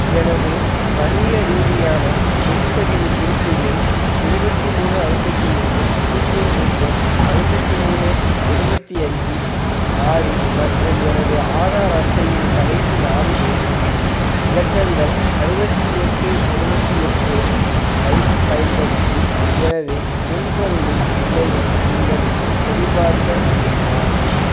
எனது வணிக ரீதியான முன்பதிவு குறிப்பு எண் எழுவத்தி மூணு ஐம்பத்தி மூணு பூஜ்ஜியம் பூஜ்ஜியம் ஐம்பத்தி மூணு எழுவத்தி அஞ்சு ஆறு மற்றும் எனது ஆதார் அட்டையின் கடைசி நான்கு இலக்கங்கள் அறுபத்தி எட்டு எழுவத்தி எட்டு ஐப் பயன்படுத்தி எனது முன்பதிவின் நிலையை நீங்கள் சரிபார்க்க முடியுமா